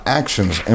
actions